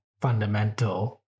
fundamental